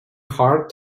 hard